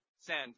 send